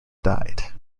died